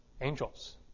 angels